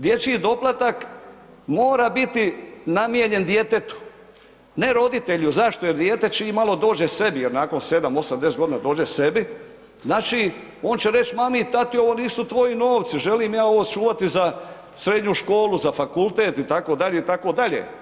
Dječji doplatak mora biti namijenjen djetetu, ne roditelju, zašto, jer dijete čim malo dođe sebi, jer nakon 7, 8, 10 godina dođe sebi, znači on će reći mami tati ovo nisu tvoji novci, želim ja ovo čuvati za srednju školu, za fakultet itd., itd.